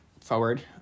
forward